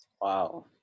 Wow